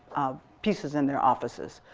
pieces in their offices?